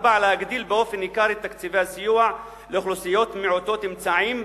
4. הגדלת תקציבי הסיוע לאוכלוסיות מעוטות אמצעים באופן ניכר,